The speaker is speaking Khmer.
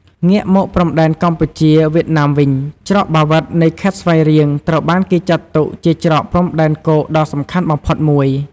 ងាកមកព្រំដែនកម្ពុជា-វៀតណាមវិញ ច្រកបាវិត នៃខេត្តស្វាយរៀងត្រូវបានគេចាត់ទុកជាច្រកព្រំដែនគោកដ៏សំខាន់បំផុតមួយ។